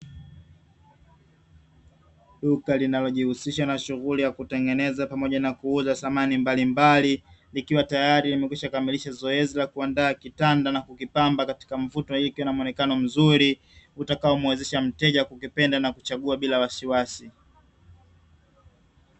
Duka linalojihusisha na shughuli ya kutengeneza pamoja na kuuza samani mbalimbali, ikiwa tayari limekwisha kamilisha zoezi la kuandaa kitanda na kukipamba katika mvuto kikiwa na muonekano mzuri, utakaomwezesha mteja kukipenda na kuchagua bila wasiwasi.